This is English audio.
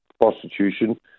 prostitution